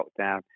lockdown